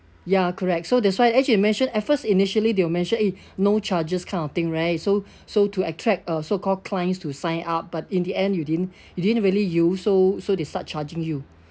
ya correct so that's why as you mentioned at first initially they will mention eh no charges kind of thing right so so to attract uh so-called clients to sign up but in the end you didn't you didn't really use so so they start charging you